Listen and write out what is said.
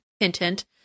intent